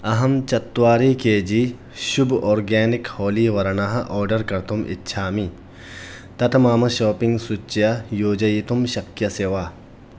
अहं चत्वारि K G Shubham organic Holi वर्णम् ओर्डर् कर्तुम् इच्छामि तत् मम शाप्पिङ्ग् सूच्यां योजयितुं शक्यसे वा